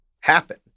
happen